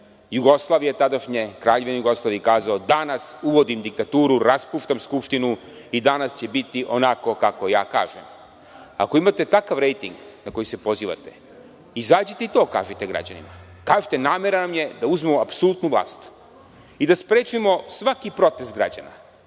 Jugoslavije tadašnje Kraljevine Jugoslavije i kazao – danas uvodim diktaturu, raspuštam Skupštinu i danas će biti onako kako ja kažem. Ako imate takav rejting na koji se pozivate izađite i to kažite građanima. Kažite namera nam je da uzmemo apsolutnu vlast i da sprečimo svaki protest građana,